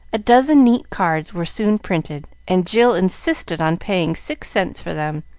a dozen neat cards were soon printed, and jill insisted on paying six cents for them,